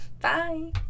Bye